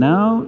Now